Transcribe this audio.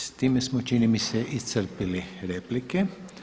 S time smo čini mi se iscrpili replike.